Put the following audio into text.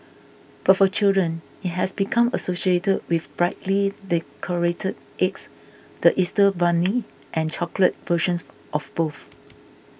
but for children it has become associated with brightly decorated eggs the Easter bunny and chocolate versions of both